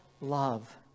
love